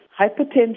hypertension